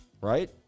right